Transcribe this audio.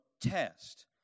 test